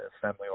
family